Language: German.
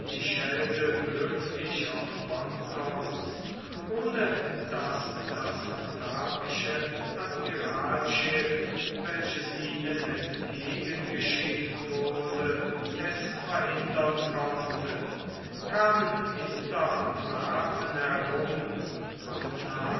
die schelde glücklich auf pontons ohne daß das antwerpische admiralschiff welches ihnen entgegen geschickt wurde es verhindern konnte kamen hinter antwerpen herum und nahmen